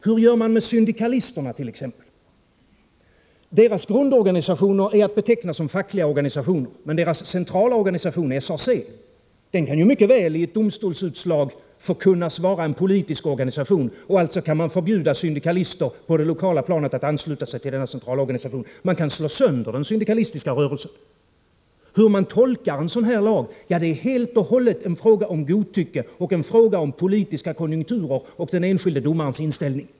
Hur gör man t.ex. med syndikalisterna? Deras grundorganisationer är att beteckna såsom fackliga organisationer, men deras centralorganisation, SAC, kan mycket väl i ett domstolsutslag förkunnas vara en politisk organisation. Alltså kan man förbjuda syndikalister på det lokala planet att ansluta sig till sin centralorganisation. Man kan slå sönder den syndikalistiska rörelsen. Hur man tolkar en sådan här lag är helt och hållet en fråga om godtycke, av politiska konjunkturer och om den enskilde domarens inställning.